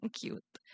cute